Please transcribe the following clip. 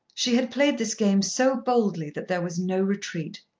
she had played this game so boldly that there was no retreat.